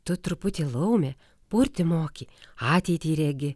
tu truputį laumė purti moki ateitį regi